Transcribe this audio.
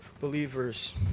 believers